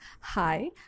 Hi